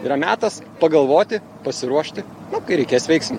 yra metas pagalvoti pasiruošti nu kai reikės veiksim